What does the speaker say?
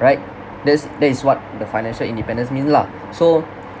right that's that is what the financial independence mean lah so